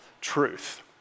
truth